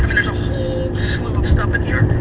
i mean there's a whole slew of stuff in here,